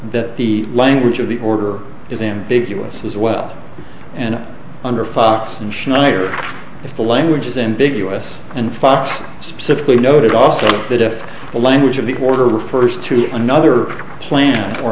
that the language of the order is ambiguous as well and under fox and schneider if the language is in big u s and fox specifically noted also that if the language of the order refers to another planet or